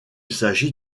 s’agit